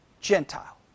Gentile